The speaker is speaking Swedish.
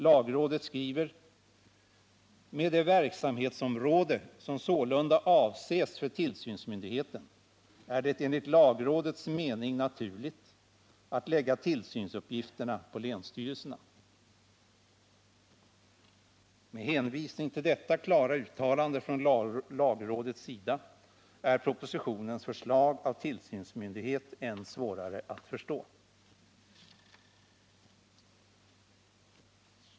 Lagrådet skriver: ”Med det verksamhetsområde som sålunda avses för tillsynsmyndigheten är det enligt lagrådets mening naturligt att lägga tillsynsuppgifterna på länsstyrelserna.” Med hänvisning till detta klara uttalande från lagrådets sida är propositionens förslag av tillsynsmyndighet än svårare att förstå.